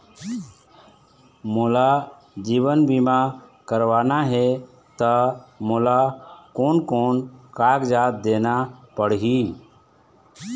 मोला जीवन बीमा करवाना हे ता मोला कोन कोन कागजात देना पड़ही?